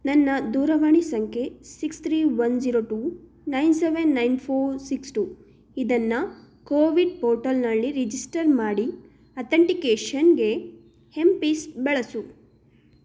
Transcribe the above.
ನನ್ನ ದೂರವಾಣಿ ಸಂಖ್ಯೆ six three one zero two nine seven nine four six two ಇದನ್ನು ಕೋವಿಡ್ ಪೋರ್ಟಲ್ನಲ್ಲಿ ರಿಜಿಸ್ಟರ್ ಮಾಡಿ ಅತಂಟಿಕೇಷನ್ಗೆ ಎಂ ಪಿಸ್ ಬಳಸು